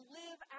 live